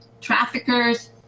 traffickers